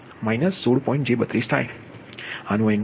તેથી તેનો એંગલ 35